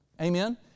Amen